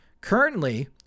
Currently